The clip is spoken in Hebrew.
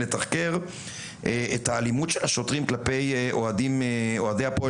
לתחקר את האלימות של השוטרים כלפי אוהדי הפועל